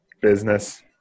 business